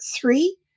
three